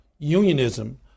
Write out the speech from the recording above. unionism